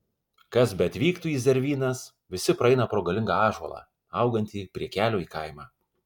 kas beatvyktų į zervynas visi praeina pro galingą ąžuolą augantį prie kelio į kaimą